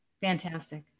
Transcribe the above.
Fantastic